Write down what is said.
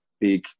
big